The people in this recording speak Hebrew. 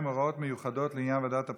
(הוראות מיוחדות לעניין ועדת הבחירות),